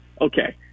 Okay